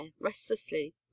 restlessly